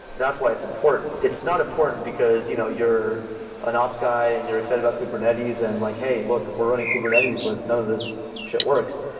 that's why it's important. it's not important because you know you're an ops guy and you're excited about kubernetes and like, hey, look. we're running kubernetes, but none of this shit works.